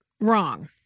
wrong